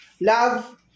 love